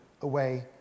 away